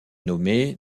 nommé